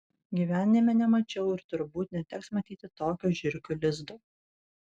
gyvenime nemačiau ir turbūt neteks matyti tokio žiurkių lizdo